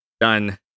done